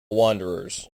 wanderers